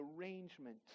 arrangement